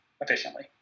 efficiently